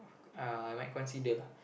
uh I might consider lah